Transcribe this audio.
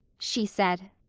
she said.